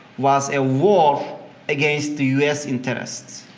was a war against u s. interests.